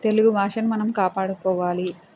తెలుగు భాషను మనం కాపాడుకోవాలి